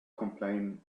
complain